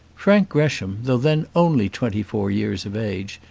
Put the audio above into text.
frank gresham, though then only twenty-four years of age,